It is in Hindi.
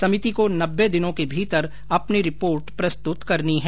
समिति को नब्बे दिनों के भीतर अपनी रिपोर्ट प्रस्तुत करनी है